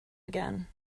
again